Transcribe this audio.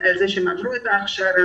זה שהן עברו את ההכשרה,